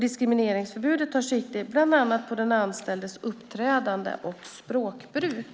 Diskrimineringsförbudet tar sikte på bland annat den anställdes uppträdande och språkbruk.